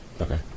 okay